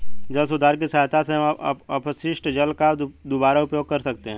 जल सुधार की सहायता से हम अपशिष्ट जल का दुबारा उपयोग कर सकते हैं